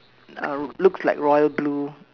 uh looks like royal blue